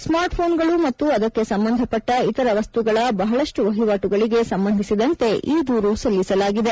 smart ಫೋನ್ಗಳು ಮತ್ತು ಅದಕ್ಕೆ ಸಂಬಂಧಪಟ್ನ ಇತರ ವಸ್ತುಗಳ ಬಹಳಷ್ಟು ವಹಿವಾಣುಗಳಿಗೆ ಸಂಬಂಧಿಸಿದಂತೆ ಈ ದೂರು ಸಲ್ಲಿಸಲಾಗಿದೆ